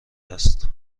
است